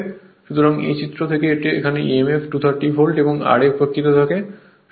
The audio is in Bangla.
সুতরাং এই চিত্র থেকে emf 230 ভোল্ট এবং ra উপেক্ষিত থাকে